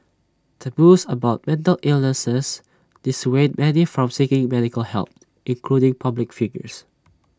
taboos about mental illness dissuade many from seeking medical help including public figures